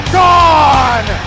gone